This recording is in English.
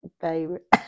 favorite